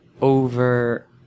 over